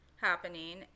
happening